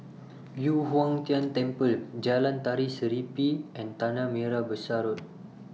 Yu Huang Tian Temple Jalan Tari Serimpi and Tanah Merah Besar Road